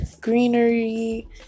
greenery